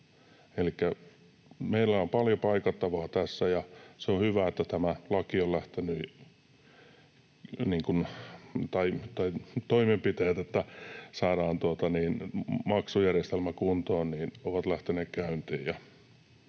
meillä on paljon paikattavaa tässä, ja se on hyvä, että nämä toimenpiteet, että saadaan maksujärjestelmä kuntoon, ovat lähteneet käyntiin,